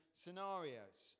scenarios